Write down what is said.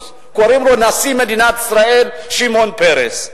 וקוראים לו נשיא מדינת ישראל שמעון פרס.